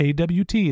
AWT